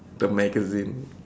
the magazine